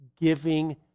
giving